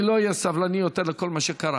אני לא אהיה סבלני יותר לכל מה שקורה.